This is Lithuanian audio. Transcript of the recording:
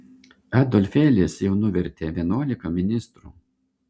adolfėlis jau nuvertė vienuolika ministrų